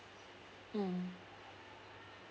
mm